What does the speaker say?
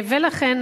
ולכן,